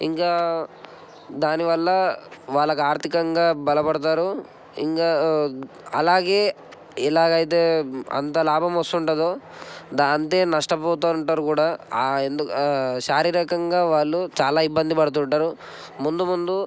ఇంకా దానివల్ల వాళ్ళకు ఆర్థికంగా బలపడతారు ఇంకా అలాగే ఎలాగైతే అంత లాభ వస్తు ఉంటుందో అంతే నష్టపోతు ఉంటారు కూడా ఆ ఎందుకంటే శారీరకంగా వాళ్ళు చాలా ఇబ్బంది పడుతుంటారు ముందు ముందు